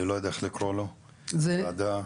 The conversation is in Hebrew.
אני לא יודע איך לקרוא לו, או ועדה.